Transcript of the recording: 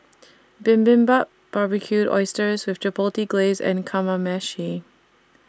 Bibimbap Barbecued Oysters with Chipotle Glaze and Kamameshi